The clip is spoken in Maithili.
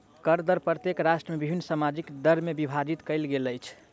कर दर प्रत्येक राष्ट्र में विभिन्न सामाजिक दर में विभाजित कयल गेल अछि